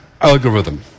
algorithm